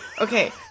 Okay